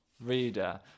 reader